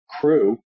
crew